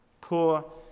poor